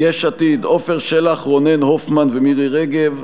יש עתיד: עפר שלח, רונן הופמן ומירי רגב.